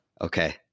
okay